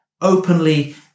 openly